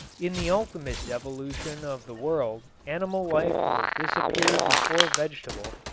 in the ultimate devolution of the world animal life will disappear before vegetable,